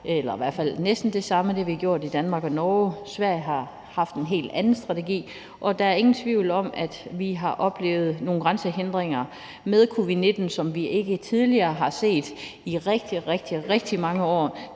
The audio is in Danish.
eller i hvert fald næsten det samme, og Sverige har haft en helt anden strategi. Der er ingen tvivl om, at vi har oplevet nogle grænsehindringer med covid-19, som vi ikke har set i rigtig, rigtig mange år,